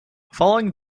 following